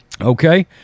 Okay